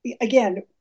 again